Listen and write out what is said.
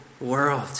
world